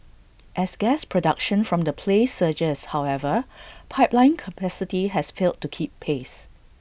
as gas production from the play surges however pipeline capacity has failed to keep pace